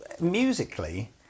musically